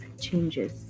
changes